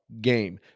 game